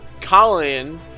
Colin